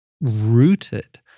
rooted